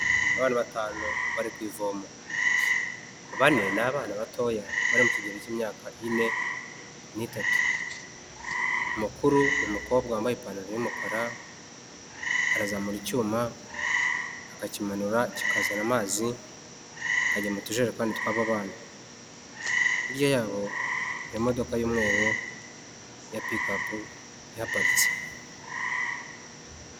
Abana batanu bari ku ivoma bane n'abana batoya bari mu kigero cy'imyaka ine n'itanu umukuru ni umukobwa wambaye ipantaro y'umukara arazamura icyuma akakimanura kikazana amazi akajya mu tujerekani twaba bana hirya yabo hari imodoka y'umweru ya piki apu ihaparitse.